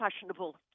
fashionable